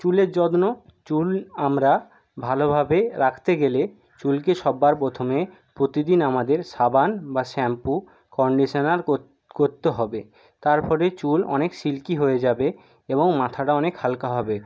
চুলের যত্ন চুল আমরা ভালোভাবে রাখতে গেলে চুলকে সব্বার প্রথমে প্রতিদিন আমাদের সাবান বা শ্যাম্পু কন্ডিশানার করতে করতে হবে তার ফলে চুল অনেক সিল্কি হয়ে যাবে এবং মাথাটা অনেক হালকা হবে